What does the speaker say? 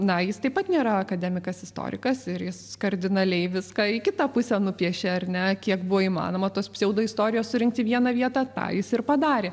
na jis taip pat nėra akademikas istorikas ir jis kardinaliai viską į kitą pusę nupiešė ar ne kiek buvo įmanoma tos pseudoistorijos surinkti į vieną vietą tą jis ir padarė